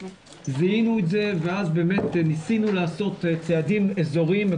זיהינו את זה ואז באמת ניסינו לעשות צעדים אזוריים,